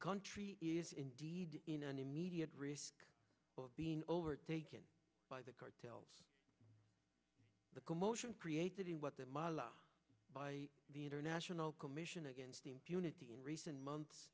country is indeed in an immediate risk of being overtaken by the cartels the commotion created the what the mala by the international commission against impunity in recent months